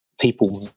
people